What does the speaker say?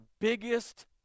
biggest